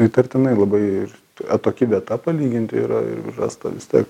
įtartinai labai ir atoki vieta palyginti yra ir rasta vis tiek